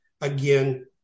again